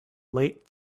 late